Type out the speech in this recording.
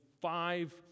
five